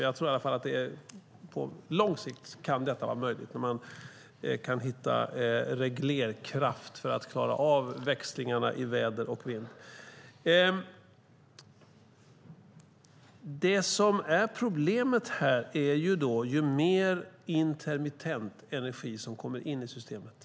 Jag tror i alla fall att detta kan vara möjligt på lång sikt, om man kan hitta reglerkraft för att klara av växlingarna i väder och vind. Problemet uppstår när mer intermittent energi kommer in i systemet.